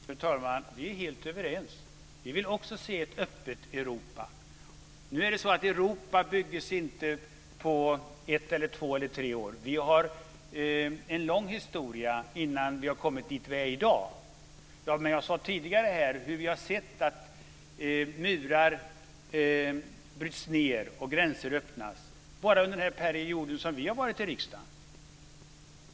Fru talman! Vi är helt överens. Vi vill också se ett öppet Europa. Men Europa byggdes inte på ett, två eller tre år. Vi har en lång historia innan vi kom dit där vi är i dag. Jag sade tidigare här att vi har sett hur murar bryts ned och gränser öppnas bara under den period som vi har funnits i riksdagen.